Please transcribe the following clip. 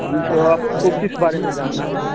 जी तो आपको किस बारे में जानना है